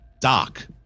Doc